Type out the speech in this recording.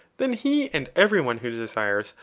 then he and every one who desires,